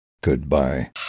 Goodbye